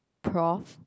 prof